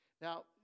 Now